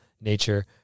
nature